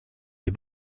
est